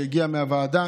שהגיע מהוועדה.